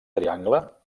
triangle